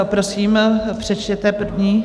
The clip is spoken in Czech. Prosím, přečtěte první...